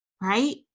right